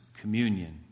communion